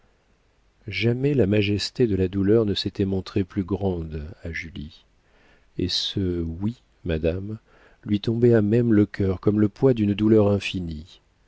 jamais la majesté de la douleur ne s'était montrée plus grande à julie et ce oui madame lui tombait à même le cœur comme le poids d'une douleur infinie